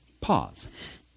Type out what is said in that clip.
pause